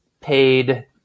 paid